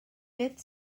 beth